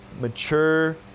Mature